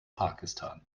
pakistan